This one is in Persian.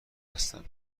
هستن